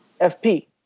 FP